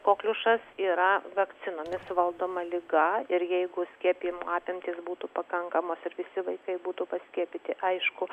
kokliušas yra vakcinomis valdoma liga ir jeigu skiepijimo apimtys būtų pakankamos ir visi vaikai būtų paskiepyti aišku